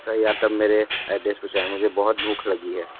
सही आइटम मेरे एड्रेस पहुँचाए मुझे बहुत भूख लगी है